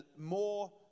more